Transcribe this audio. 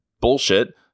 bullshit